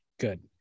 Good